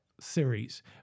series